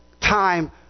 time